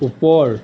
ওপৰ